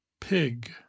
pig